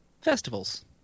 festivals